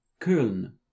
Köln